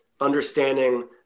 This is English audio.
understanding